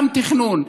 גם תכנון,